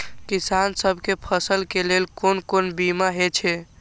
किसान सब के फसल के लेल कोन कोन बीमा हे छे?